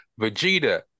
Vegeta